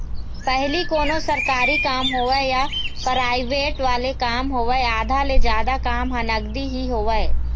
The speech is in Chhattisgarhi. पहिली कोनों सरकारी काम होवय या पराइवेंट वाले काम होवय आधा ले जादा काम ह नगदी ही होवय